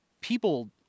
people